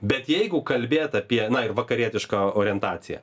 bet jeigu kalbėt apie na ir vakarietiška orientacija